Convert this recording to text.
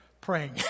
praying